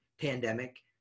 pandemic